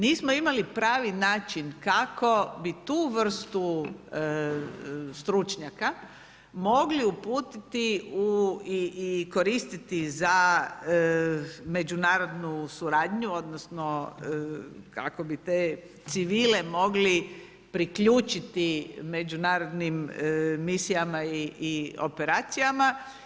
Nismo imali pravi način kako bi tu vrstu stručnjaka mogli uputiti i koristiti za međunarodnu suradnju, odnosno kako bi te civile mogli priključiti međunarodnim misijama i operacijama.